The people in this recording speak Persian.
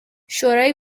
شورای